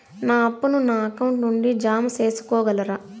నా అప్పును నా అకౌంట్ నుండి జామ సేసుకోగలరా?